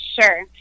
Sure